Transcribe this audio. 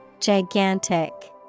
Gigantic